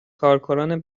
کارکنان